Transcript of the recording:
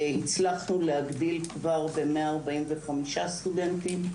הצלחנו להגדיל כבר ב-145 סטודנטים,